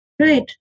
Right